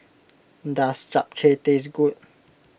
does Japchae taste good